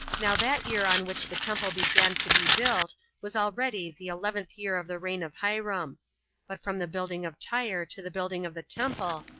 now that year on which the temple began to be built was already the eleventh year of the reign of hiram but from the building of tyre to the building of the temple,